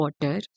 water